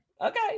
Okay